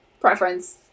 preference